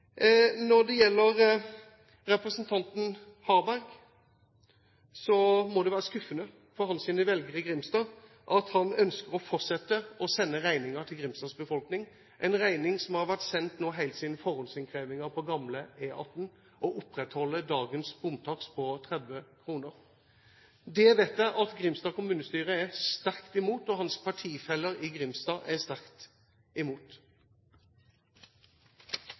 Når det gjelder representanten Harberg, må det være skuffende for hans velgere i Grimstad at han ønsker å fortsette å sende regningen til Grimstads befolkning, en regning som har vært sendt helt siden forhåndsinnkrevingen på gamle E18, og som opprettholder dagens bomtakst på 30 kroner. Det vet jeg at Grimstad kommunestyre er sterkt imot, og at Harbergs partifeller i Grimstad er sterkt imot.